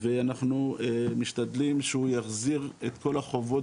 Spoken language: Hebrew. ואנחנו משתדלים שהוא יחזיר את כל החובות,